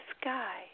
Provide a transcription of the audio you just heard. sky